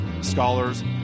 scholars